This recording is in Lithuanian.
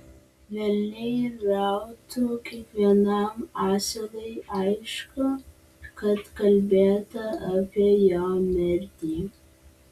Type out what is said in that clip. velniai rautų kiekvienam asilui aišku kad kalbėta apie jo mirtį